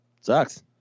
Sucks